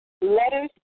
letters